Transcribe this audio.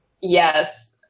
yes